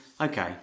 Okay